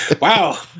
Wow